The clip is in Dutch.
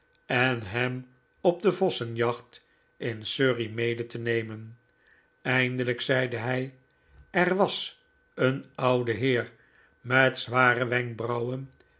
en hem op de vossenjacht in surrey mee te nemen eindelijk zeide hij er was een oude heer met zware wenkbrauwen